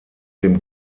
dem